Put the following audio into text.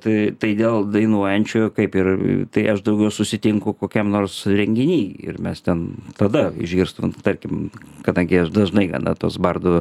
tai tai dėl dainuojančių kaip ir tai aš daugiau susitinku kokiam nors renginy ir mes ten tada išgirstu tarkim kadangi aš dažnai gana tuos bardų